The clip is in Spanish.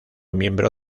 miembro